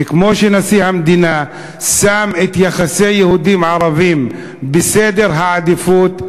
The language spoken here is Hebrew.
וכמו שנשיא המדינה שם את יחסי היהודים והערבים בסדר העדיפויות,